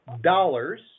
dollars